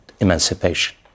emancipation